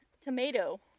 Tomato